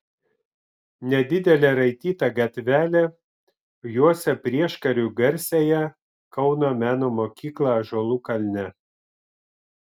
nedidelė raityta gatvelė juosia prieškariu garsiąją kauno meno mokyklą ąžuolų kalne